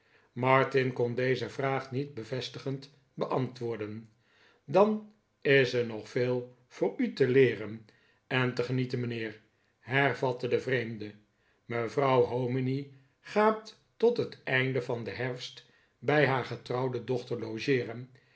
martin kon deze vraag niet bevestigend beantwoorden dan is er nog veel voor u te leeren en te genieten mijnheer hervatte de vreemde mevrouw hominy gaat tot het einde van den herfst bij haar getrouwde dochter logeeren